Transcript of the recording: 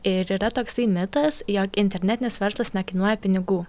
ir yra toksai mitas jog internetinis verslas nekainuoja pinigų